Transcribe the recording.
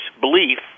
belief